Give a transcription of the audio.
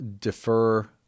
defer